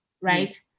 right